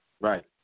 Right